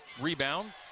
rebound